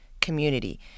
community